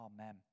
amen